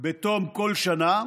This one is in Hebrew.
בתום כל שנה,